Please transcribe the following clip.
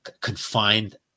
confined